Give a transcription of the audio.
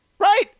Right